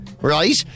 Right